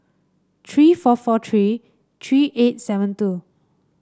three four four three three eight seven two